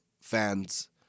fans